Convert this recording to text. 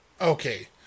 Okay